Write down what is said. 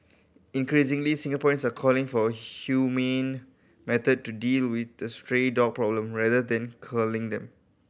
increasingly Singaporeans are calling for humane method to deal with the stray dog problem rather than culling them